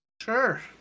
Sure